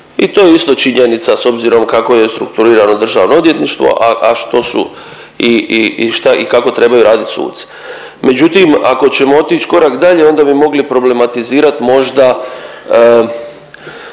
i to je isto činjenica s obzirom kako je strukturirano državno odvjetništvo, a, a što su i, i, i šta, i kako trebaju radit suci. Međutim, ako ćemo otić korak dalje onda bi mogli problematizirat možda